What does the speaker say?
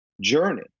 journey